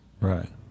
Right